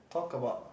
talk about